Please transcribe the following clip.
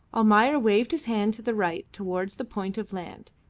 almayer waved his hand to the right towards the point of land,